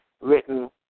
written